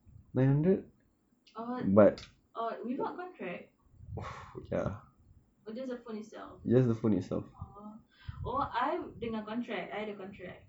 oh oh it got contract or just the phone itself oh oh I dengan contract I ada contract